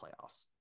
playoffs